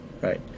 right